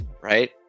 right